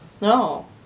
No